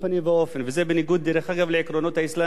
לעקרונות האסלאמיים שלנו: אי-אפשר להכליל,